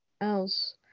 else